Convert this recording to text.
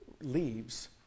leaves